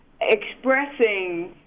expressing